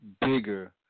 bigger